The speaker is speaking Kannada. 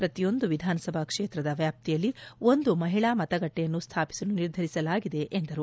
ಪ್ರತಿಯೊಂದು ವಿಧಾನಸಭಾ ಕ್ಷೇತ್ರದ ವ್ಯಾಪ್ತಿಯಲ್ಲಿ ಒಂದು ಮಹಿಳಾ ಮತಗಟ್ಟೆಯನ್ನು ಸ್ಥಾಪಿಸಲು ನಿರ್ಧರಿಸಲಾಗಿದೆ ಎಂದರು